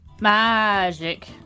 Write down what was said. Magic